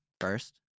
first